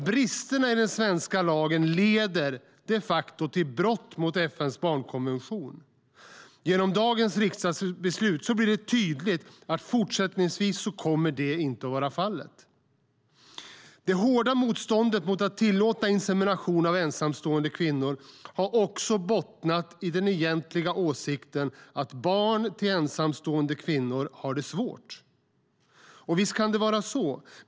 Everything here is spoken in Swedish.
Bristerna i den svenska lagen leder de facto till brott mot FN:s barnkonvention. Genom dagens riksdagsbeslut blir det tydligt att detta fortsättningsvis inte kommer att vara fallet. Det hårda motståndet mot att tillåta insemination av ensamstående kvinnor har också bottnat i den egentliga åsikten att barn till ensamstående kvinnor har det svårt. Visst kan det vara så!